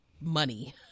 money